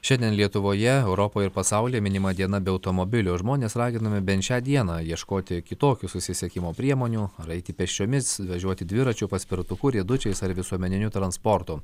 šiandien lietuvoje europoj ir pasauly minima diena be automobilio žmonės raginami bent šią dieną ieškoti kitokių susisiekimo priemonių ar eiti pėsčiomis važiuoti dviračiu paspirtuku riedučiais ar visuomeniniu transportu